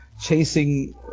chasing